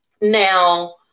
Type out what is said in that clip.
Now